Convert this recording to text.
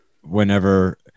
whenever